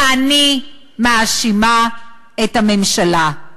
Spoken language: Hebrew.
אני מאשימה את הממשלה.